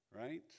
right